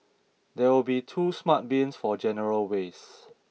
there will be two smart bins for general waste